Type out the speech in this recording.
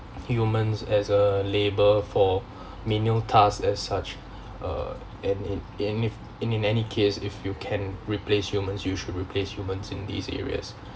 humans as a labour for menial tasks as such uh in in in in in any case if you can replace humans you should replace humans in these areas